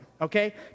okay